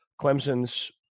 Clemson's